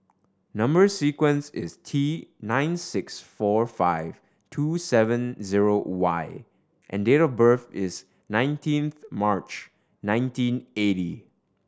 number sequence is T nine six four five two seven zero Y and date of birth is nineteenth March nineteen eighty